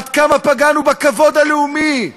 עד כמה פגענו בכבוד הלאומי?